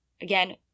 Again